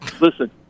Listen